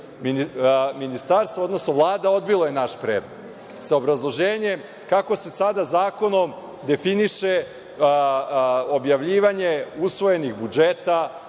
izveštaj. Ministarstvo, odnosno Vlada, odbilo je naš predlog, sa obrazloženjem kako se sada zakonom definiše objavljivanje usvojenih budžeta,